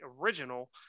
original